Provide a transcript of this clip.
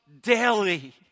daily